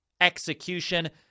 execution